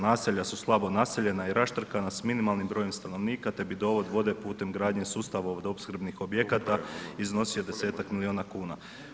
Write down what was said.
Naselja su slabo naseljena i raštrkana s minimalnim brojem stanovnika ta bi dovod vode putem gradnje sustava vodoopskrbnih objekata iznosio 10-tak miliona kuna.